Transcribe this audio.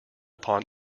upon